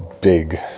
big